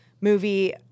movie